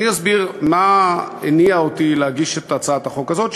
אני אסביר מה הניע אותי להגיש את הצעת החוק הזאת,